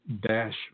dash